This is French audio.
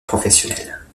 professionnelle